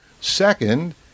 Second